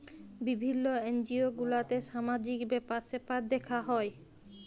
বিভিল্য এনজিও গুলাতে সামাজিক ব্যাপার স্যাপার দ্যেখা হ্যয়